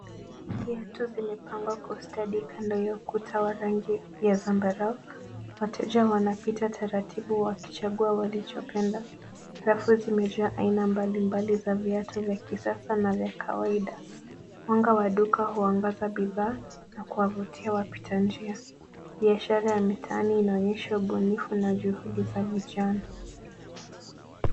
Viatu vimepangwa kwa ustadi kando ya ukuta wa rangi ya zambarau. Wateja wanapita taratibu wakichagua walichopenda. Safu zimejaa aina mbalimbali za viatu vya kisasa na vya kawaida. Mwanga wa duka huangaza bidhaa na kuwavutia wapita njia. Biashara ya mitaani inaonyesha ubunifu na juhudi za vijana.